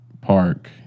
Park